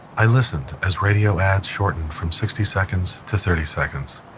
i listened as radio ads shortened from sixty seconds to thirty seconds.